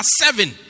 seven